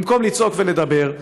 במקום לצעוק ולדבר,